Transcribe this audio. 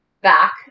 Back